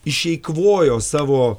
išeikvojo savo